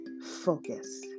focus